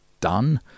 done